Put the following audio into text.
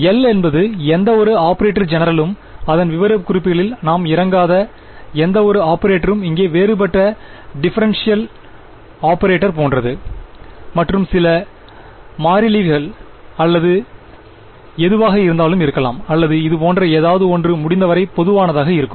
L என்பது எந்தவொரு operator ஜெனரலும் அதன் விவரக்குறிப்புகளில் நாம் இறங்காத எந்தவொரு ஆபரேட்டரும் இங்கே வேறுபட்ட டிஃபெரென்ஷியல் ஆபரேட்டர் போன்றது மற்றும் சில மாறிலிகள் அல்லது எதுவாக இருந்தாலும் இருக்கலாம் அல்லது இது போன்ற ஏதாவது ஒன்று முடிந்தவரை பொதுவானதாக இருக்கும்